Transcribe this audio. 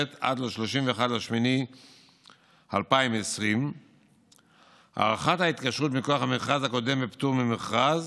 עד ל-31 באוגוסט 2020. הארכת ההתקשרות מכוח המכרז הקודם בפטור ממכרז